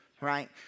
right